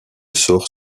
sort